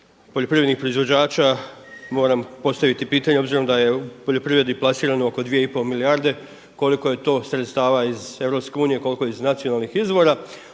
poljoprivrednih proizvođača moram postaviti pitanje obzirom da je u poljoprivredi plasirano oko 2,5 milijarde, koliko je to sredstava iz EU, koliko je iz nacionalnih izvora